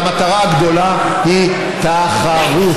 אבל המטרה הגדולה היא ת-ח-רות,